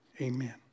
Amen